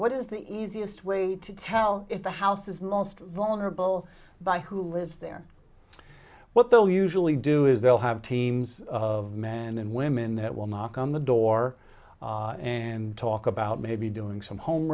what is the easiest way to tell if the house is most vulnerable by who lives there what they'll usually do is they'll have teams of men and women that will knock on the door and talk about maybe doing some home